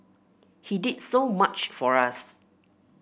he did so much for us